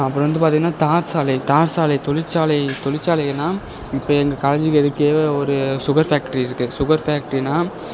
அப்புறோம் வந்து பார்த்திங்கனா தார் சாலை தார் சாலை தொழிற்சாலை தொழில்சாலைகள்னா இப்போ வந்து எங்கள் காலேஜ்க்கு எதுக்கே ஒரு சுகர் ஃபேட்டரி இருக்கு சுகர் ஃபேக்டரின்னா